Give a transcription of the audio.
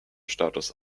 status